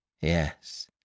Yes